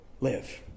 live